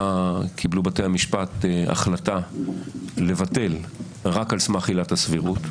בתי המשפט החלטה לבטל רק על סמך עילת הסבירות,